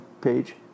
page